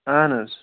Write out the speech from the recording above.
اَہَن حظ